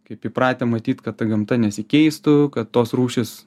kaip įpratę matyt kad ta gamta nesikeistų kad tos rūšys